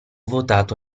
votato